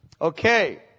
Okay